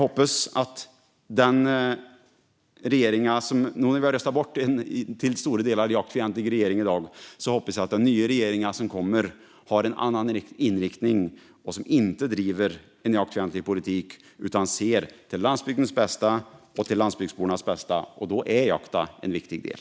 Nu när vi har röstat bort en till stora delar jaktfientlig regering hoppas jag att den nya regeringen kommer att ha en annan inriktning och att den inte kommer att driva en jaktfientlig politik utan se till landsbygdens och landsbygdsbornas bästa. Där är jakten en viktig del.